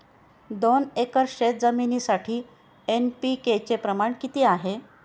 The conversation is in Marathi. दोन एकर शेतजमिनीसाठी एन.पी.के चे प्रमाण किती आहे?